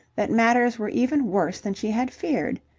that matters were even worse than she had feared.